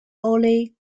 only